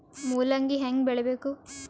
ಮೂಲಂಗಿ ಹ್ಯಾಂಗ ಬೆಳಿಬೇಕು?